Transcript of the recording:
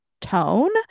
tone